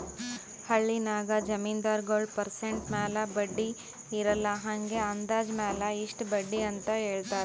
ಹಳ್ಳಿನಾಗ್ ಜಮೀನ್ದಾರಗೊಳ್ ಪರ್ಸೆಂಟ್ ಮ್ಯಾಲ ಬಡ್ಡಿ ಇರಲ್ಲಾ ಹಂಗೆ ಅಂದಾಜ್ ಮ್ಯಾಲ ಇಷ್ಟ ಬಡ್ಡಿ ಅಂತ್ ಹೇಳ್ತಾರ್